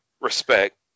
respect